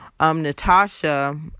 Natasha